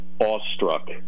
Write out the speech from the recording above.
awestruck